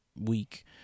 week